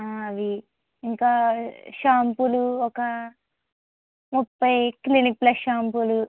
అవి ఇంకా షాంపూలు ఒక ముప్పై క్లినిక్ ప్లస్ షాంపూలు